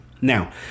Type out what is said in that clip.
Now